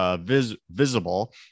visible